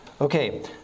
Okay